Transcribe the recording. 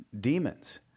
demons